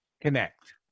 connect